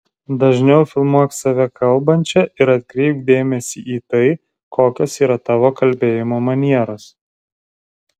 dažniau filmuok save kalbančią ir atkreipk dėmesį į tai kokios yra tavo kalbėjimo manieros